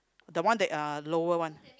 the one that uh lower one